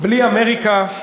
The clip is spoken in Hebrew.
בלי אמריקה,